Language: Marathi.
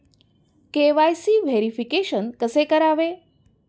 के.वाय.सी व्हेरिफिकेशन कसे करावे?